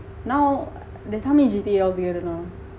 now there's how many G_T_A tinggal now